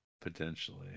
Potentially